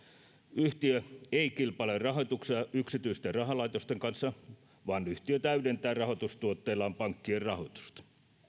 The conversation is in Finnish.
yhtiö ei kilpaile rahoituksen myöntämisestä yksityisten rahalaitosten kanssa vaan yhtiö täydentää rahoitustuotteillaan pankkien rahoitusta